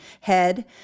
head